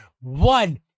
One